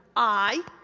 i,